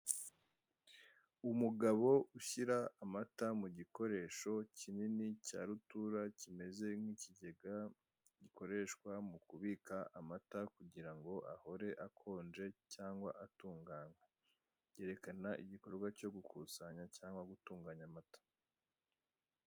Umugabo ushyira amata mu gikoresho kinini cya rutura kimeze nk'ikigega gikoreshwa mu kubika amata kugirango ahore akonje cyangwa atunganye. Byerekana igikorwa cyo gukusanya cyangwa gutunganya amata.